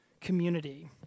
community